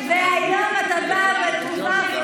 והיום אתה בא בתגובה הפוכה